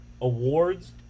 awards